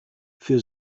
für